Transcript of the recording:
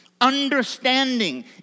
understanding